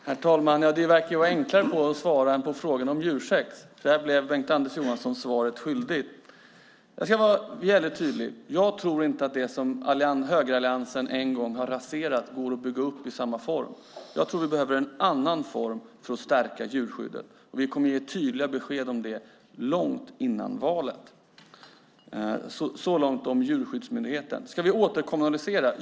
Herr talman! Det verkar vara enklare än att svara på frågorna om djursex. Där blev Bengt-Anders Johansson svaret skyldig. Jag ska vara väldigt tydlig. Jag tror inte att det som högeralliansen en gång har raserat går att bygga upp i samma form. Jag tror att vi behöver en annan form för att stärka djurskyddet. Vi kommer att ge tydliga besked om det långt innan valet. Så långt om Djurskyddsmyndigheten. Ska vi återkommunalisera?